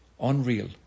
unreal